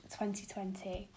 2020